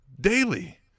daily